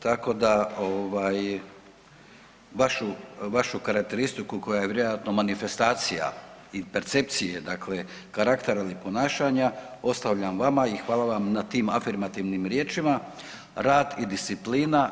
Tako da vašu karakteristiku koja je vjerojatno manifestacija i percepcije karaktera ili ponašanja ostavljam vama i hvala vam na tim afirmativnim riječima rad i disciplina.